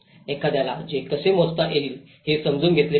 एखाद्याला ते कसे मोजता येईल हे समजून घेतले पाहिजे